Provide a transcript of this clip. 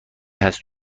هست